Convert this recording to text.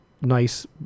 nice